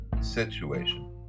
situation